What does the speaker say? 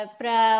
para